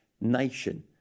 nation